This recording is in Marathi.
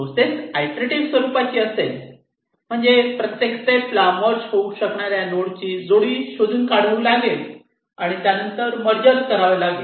प्रोसेस आयट्रेटिव स्वरूपाची असेल म्हणजे प्रत्येक स्टेपला मर्ज होऊ शकणाऱ्या नोड ची जोडी शोधून काढावी लागेल आणि त्यानंतर मर्जर करावे लागेल